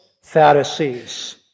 Pharisees